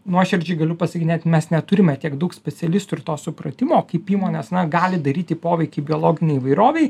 nuoširdžiai galiu pasakyt net mes neturime tiek daug specialistų ir to supratimo kaip įmonės na gali daryti poveikį biologinei įvairovei